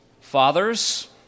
Fathers